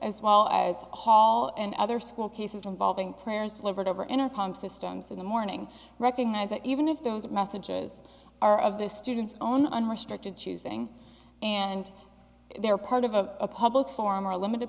as well as hall and other school cases involving prayers over and over in a calm systems in the morning recognize that even if those messages are of the student's own unrestricted choosing and they're part of a public forum or limited